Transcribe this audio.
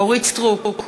אורית סטרוק,